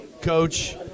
coach